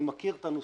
אני מכיר את הנוסחה.